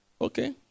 Okay